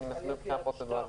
אני מסביר מבחינה פרוצדורלית.